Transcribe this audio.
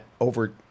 over